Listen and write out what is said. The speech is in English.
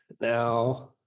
now